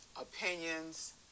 opinions